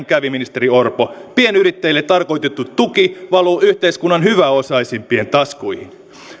kävi ministeri orpo pienyrittäjille tarkoitettu tuki valuu yhteiskunnan hyväosaisimpien taskuihin